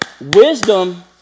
wisdom